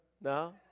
No